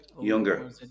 Younger